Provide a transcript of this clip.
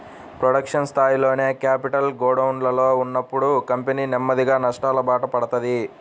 production స్థాయిలోనే capital గోడౌన్లలో ఉన్నప్పుడు కంపెనీ నెమ్మదిగా నష్టాలబాట పడతది